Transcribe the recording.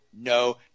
no